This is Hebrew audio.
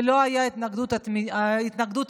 ולא הייתה התנגדות אמיתית.